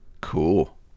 cool